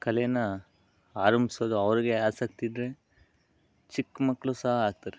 ಕಲೆಯನ್ನು ಆರಂಭಿಸೋದು ಅವರಿಗೆ ಆಸಕ್ತಿ ಇದ್ದರೆ ಚಿಕ್ಕಮಕ್ಳು ಸಹ ಹಾಕ್ತಾರೆ